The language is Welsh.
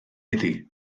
iddi